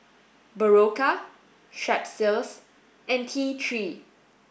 Berocca Strepsils and T three